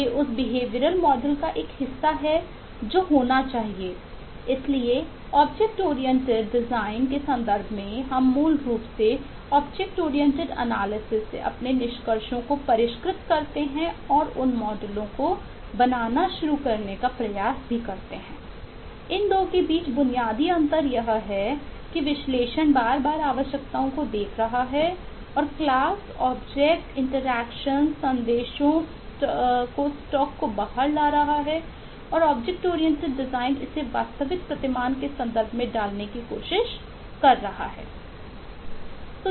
ये उस behavioural model इसे वास्तविक प्रतिमान के संदर्भ में डालने की कोशिश कर रहा है